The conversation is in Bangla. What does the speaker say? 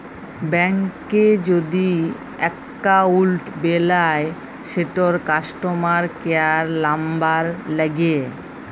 ব্যাংকে যদি এক্কাউল্ট বেলায় সেটর কাস্টমার কেয়ার লামবার ল্যাগে